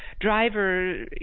driver